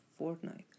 Fortnite